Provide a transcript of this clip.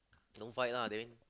don't fight lah then